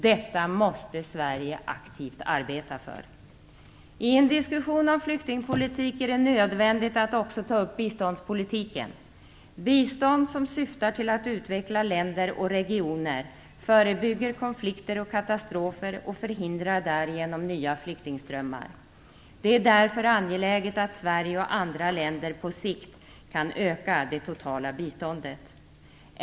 Detta måste Sverige aktivt arbeta för. I en diskussion om flyktingpolitik är det nödvändigt att också ta upp biståndspolitiken. Bistånd som syftar till att utveckla länder och regioner förebygger konflikter och katastrofer och förhindrar därigenom nya flyktingströmmar. Det är därför angeläget att Sverige och andra länder på sikt kan öka det totala biståndet.